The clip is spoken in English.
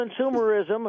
consumerism